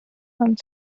and